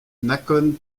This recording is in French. nakhon